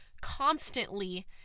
constantly